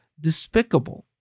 despicable